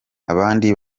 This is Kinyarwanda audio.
abandi